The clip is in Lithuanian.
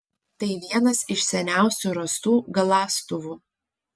tai vienas iš seniausių rastų galąstuvų